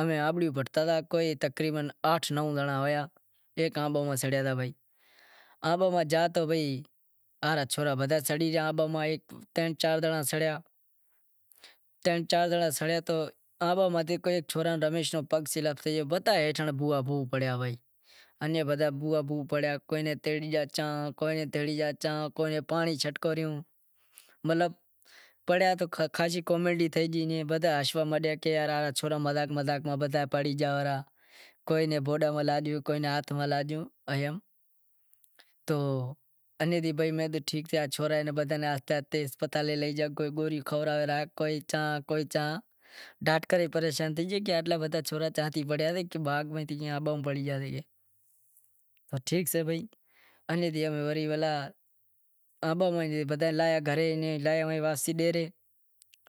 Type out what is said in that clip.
امیں آنبڑیوں وڈھتا تا، کوئی آٹھ داہ زنڑا ہتا بدہا سڑی گیا کاکو ماں رو ہتو او کہے سورا تاں را سڑی گیا بدہا آنباں ماتھے ترن چار زنڑا سنڑیا تو متھے سورے رمیش رو پگ سلپ تھئی گیو تو بدہا ئی ہیٹھا بوئا بوہ پڑیا ہوئیں۔ ایئں کوئی نے تیڑی گیاں چاں تو کوئی نیں تیڑی گیا چاں تو کوئی نیں پانڑی چھٹکاریو مطلب پڑیا تو خاشی کامیڈی تھے گئی بدہوا ہشوا مہں پڑے گیا سورا مذاق مذاق میں بدہا پڑے گیا ھوئی گوڈا ماں لاگیو کوئی ہاتھ میں لاگیو تو انیں بھائی امیں تو ٹھیک تھیا بدہاں ناں اسپتالے لئی گیا کوئی گوری کھورائے را تو کوئی چاں تو کوئی چاں، ڈاکٹر ئی پریشان تھے گیو کہ بدہاں سورا کیئں پڑی گیا تو